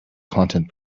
content